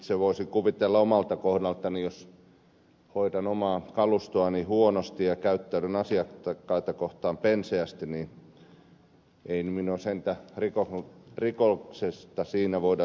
itse voisin kuvitella omalta kohdaltani että jos hoidan omaa kalustoani huonosti ja käyttäydyn asiakkaita kohtaan penseästi ei minua sentään rikoksesta siinä voida syyttää